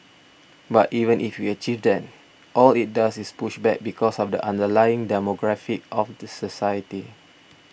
but even if we achieve that all it does is push back because of the underlying demographic of the society